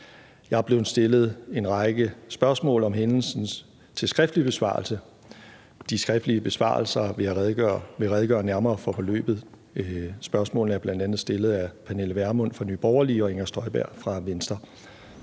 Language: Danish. Jeg er blevet stillet en række spørgsmål om hændelsen til skriftlig besvarelse. De skriftlige besvarelser vil redegøre nærmere for forløbet. Spørgsmålene er bl.a. stillet af Pernille Vermund fra Nye Borgerlige og Inger Støjberg fra Venstre.